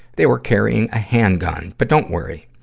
they were carrying a handgun. but don't worry,